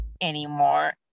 anymore